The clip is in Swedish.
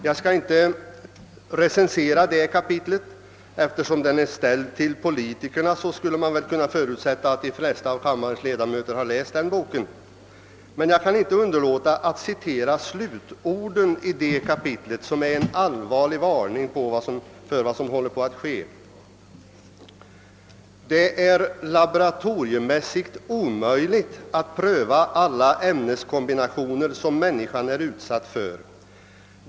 Jag skall inte recensera det kapitlet, ty eftersom boken är ställd till politiker kan man väl förutsätta att de flesta av kammarens ledamöter har läst den, men jag kan inte underlåta att citera slutorden i ifrågavarande kapitel, som är en allvarlig varning för vad som håller på att ske. »Det är laboratoriemässigt omöjligt att pröva alla ämneskombinationer, som människan är utsatt för.